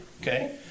Okay